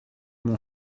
mon